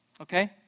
Okay